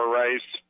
race